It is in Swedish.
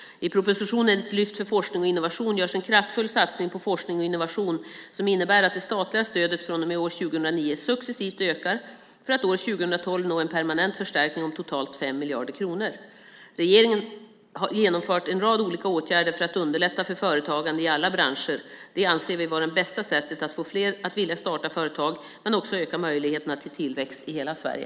I propositionen Ett lyft för forskning och innovation görs en kraftfull satsning på forskning och innovation som innebär att det statliga stödet från och med år 2009 successivt ökar för att år 2012 nå en permanent förstärkning om totalt 5 miljarder kronor. Regeringen har genomfört en rad olika åtgärder för att underlätta för företagande i alla branscher. Det anser vi vara det bästa sättet att få fler att vilja starta företag men också att öka möjligheterna till tillväxt i hela Sverige.